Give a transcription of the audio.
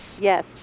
Yes